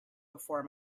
before